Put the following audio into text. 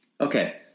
okay